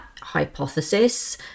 hypothesis